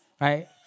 Right